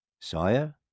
Sire